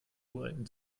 uralten